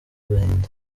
agahinda